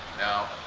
now